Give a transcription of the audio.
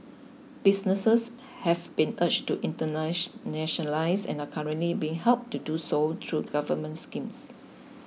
businesses have been urged to internationalise and are currently being helped to do so through government schemes